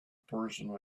person